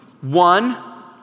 one